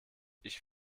ich